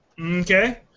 Okay